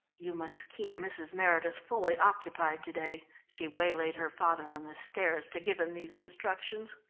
you must keep mrs. meredith fully occupied to-day. she waylaid her father on the stairs to give him these instructions.